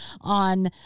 on